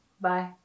Bye